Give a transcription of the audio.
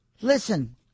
Listen